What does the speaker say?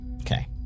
Okay